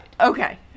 okay